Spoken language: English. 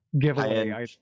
giveaway